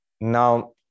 Now